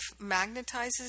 magnetizes